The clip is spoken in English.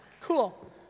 Cool